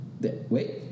Wait